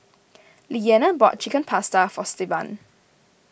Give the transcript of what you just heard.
Leanna bought Chicken Pasta for Stevan